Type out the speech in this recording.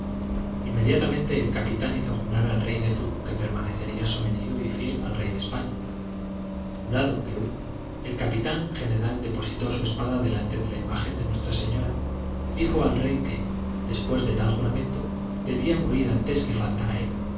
inmediatamente el capitán hizo jurar al rey de zubu que permanecería sometido y fiel al rey de españa jurado que hubo el capitán general depositó su espada delante de la imagen de nuestra señora y dijo al rey que después de tal juramento debía morir antes que faltar a él